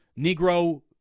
Negro